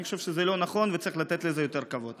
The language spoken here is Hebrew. אני חושב שזה לא נכון, וצריך לתת לזה יותר כבוד.